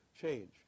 change